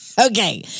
Okay